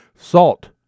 SALT